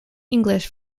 english